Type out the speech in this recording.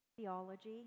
theology